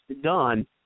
done